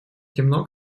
темно